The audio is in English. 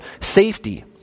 safety